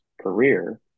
career